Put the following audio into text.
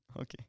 Okay